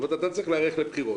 אתה צריך להיערך לבחירות.